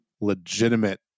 legitimate